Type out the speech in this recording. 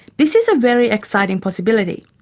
this is a very exciting possibility.